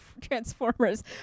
transformers